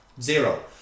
zero